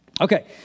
Okay